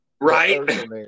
Right